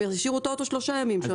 הם שיאירו את הרכב שלושה ימים.